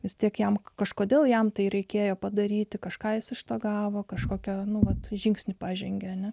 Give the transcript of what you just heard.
vis tiek jam kažkodėl jam tai reikėjo padaryti kažką jis iš to gavo kažkokią nuolat žingsnį pažengė ane